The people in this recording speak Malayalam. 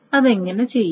അത് എങ്ങനെ ചെയ്യും